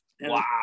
Wow